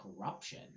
corruption